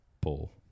pull